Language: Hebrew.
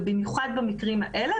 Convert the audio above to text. ובמיוחד במקרים האלה,